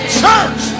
church